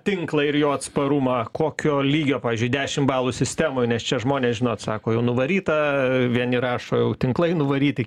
tinklą ir jo atsparumą kokio lygio pavyzdžiui dešim balų sistemoj nes čia žmonės žinot sako jau nuvaryta vieni rašo jau tinklai nuvaryti